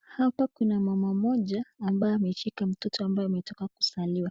Hapa kuna mama mmoja amabye ameshika mtoto ametoka kuzaliwa ,